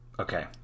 okay